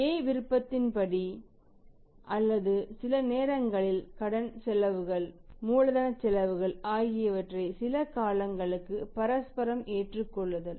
A விருப்பத்தின் படி அல்லது சில நேரங்களில் கடன் செலவுகள் மூலதனச் செலவு ஆகியவற்றை சில காலங்களுக்கு பரஸ்பரம் ஏற்றுக்கொள்ளுதல்